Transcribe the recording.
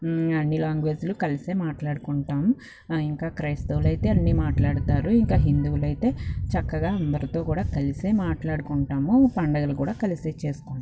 అన్ని లాంగ్వేజ్లు కలిసే మాట్లాడుకుంటాం ఇంకా క్రైస్తవులైతే అన్ని మాట్లాడతారు ఇంకా హిందువులైతే చక్కగా అందరితో కూడా కలిసే మాట్లాడుకుంటాము పండుగలు కూడా కలిసే చేసుకుంటాం